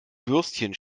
würstchen